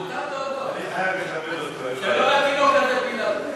עכשיו תסביר לנו על מה עשית הפגנה בזמנו.